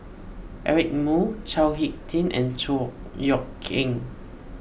Eric Moo Chao Hick Tin and Chor Yeok Eng